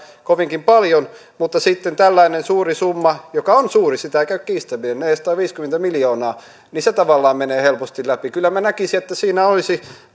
kovinkin paljon mutta sitten tällainen suuri summa joka on suuri sitä ei käy kiistäminen neljäsataaviisikymmentä miljoonaa tavallaan menee helposti läpi kyllä minä näkisin että siinä olisi